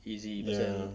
ya